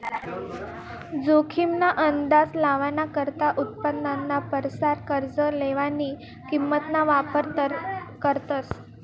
जोखीम ना अंदाज लावाना करता उत्पन्नाना परसार कर्ज लेवानी किंमत ना वापर करतस